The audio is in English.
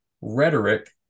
rhetoric